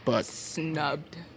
snubbed